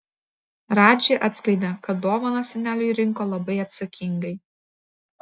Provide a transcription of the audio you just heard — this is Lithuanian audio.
radži atskleidė kad dovaną seneliui rinko labai atsakingai